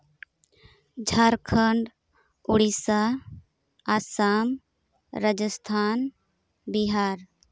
Jharkhand Odisha Assam Rajasthan Bihar